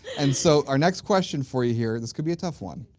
and so, our next question for you here, this could be a tough one.